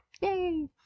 yay